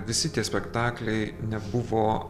visi tie spektakliai nebuvo